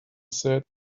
said